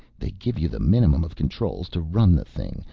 they give you the minimum of controls to run the thing,